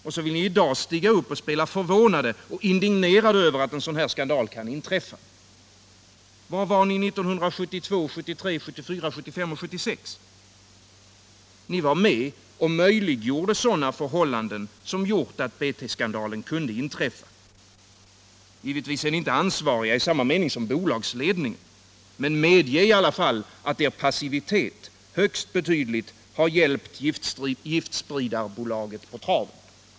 Och så vill ni i dag stiga upp och spela förvånade och indignerade över att en sådan här skandal kan inträffa. Var var ni 1972, 1973, 1974, 1975 och 1976? Ni var med och möjliggjorde sådana förhållanden som medfört att BT Kemi-skandalen kunde inträffa. Givetvis är ni inte ansvariga i samma mening som bolagsledningen, men medge i alla fall att er passivitet högst betydligt har hjälpt giftspridarbolaget på traven.